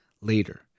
later